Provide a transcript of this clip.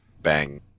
Bang